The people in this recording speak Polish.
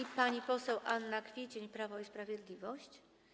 I pani poseł Anna Kwiecień, Prawo i Sprawiedliwość.